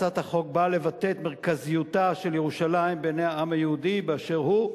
הצעת החוק באה לבטא את מרכזיותה של ירושלים בעיני העם היהודי באשר הוא,